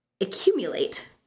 accumulate